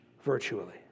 virtually